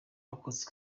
akotsi